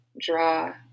draw